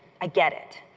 i get it.